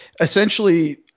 essentially